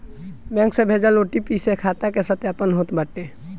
bank से भेजल OTP से खाता के सत्यापन होत बाटे